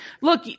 look